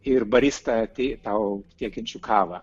ir barista tau tiekiančių kavą